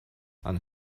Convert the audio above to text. and